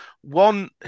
one